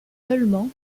seulement